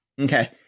Okay